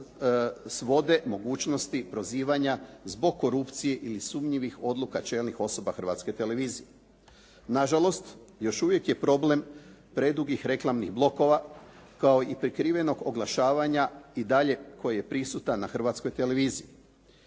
svode mogućnosti prozivanja zbog korupcije ili sumnjivih odluka čelnih osoba Hrvatske televizije. Nažalost, još uvijek je problem predugih reklamnih blokova kao i prikrivenog oglašavanja i dalje koji je prisutan na Hrvatskoj televiziji.